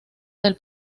del